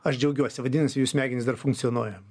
aš džiaugiuosi vadinasi jų smegenys dar funkcionuoja